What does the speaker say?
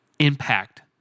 impact